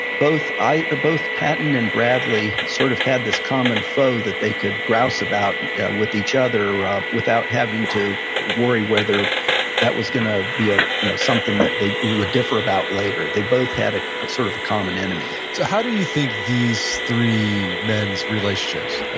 both patton ah and patton and bradley sort of had this common foe that they could grouse about with each other ah without having to worry whether that was going to be ah you know something that they would differ about later. they both had a sort of common enemy so how do you think these three men's relationships, like